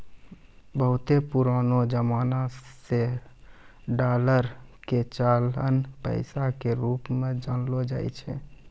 बहुते पुरानो जमाना से डालर के चलन पैसा के रुप मे जानलो जाय छै